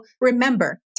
remember